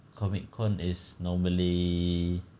comic con is normally